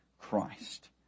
Christ